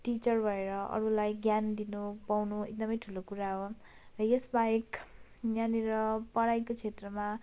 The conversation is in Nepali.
टिचर भएर अरूलाई ज्ञान दिनु पाउनु एकदम ठुलो कुरा हो र यस बाहेक यहाँनेर पढाइको क्षेत्रमा